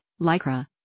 lycra